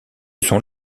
sont